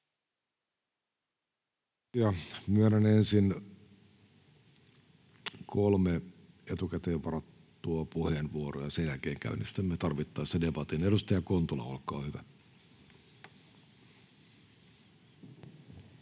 Myönnän ensin kolme etukäteen varattua puheenvuoroa, ja sen jälkeen käynnistämme tarvittaessa debatin. — Edustaja Kontula, olkaa hyvä.